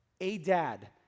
Adad